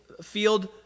field